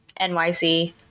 NYC